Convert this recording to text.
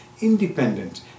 independent